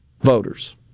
voters